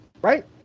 Right